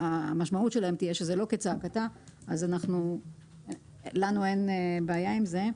שהמשמעות שלהן תהיה שזה לא כצעקתה אז לנו אין בעיה עם זה.